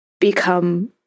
become